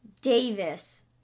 Davis